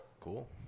Cool